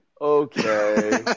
okay